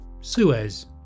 suez